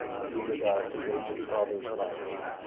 as he regards his aged father's life.